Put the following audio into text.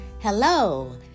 Hello